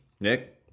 Nick